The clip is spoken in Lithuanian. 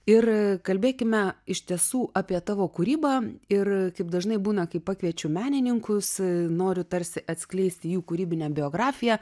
ir kalbėkime iš tiesų apie tavo kūrybą ir kaip dažnai būna kai pakviečiu menininkus noriu tarsi atskleisti jų kūrybinę biografiją